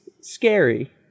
scary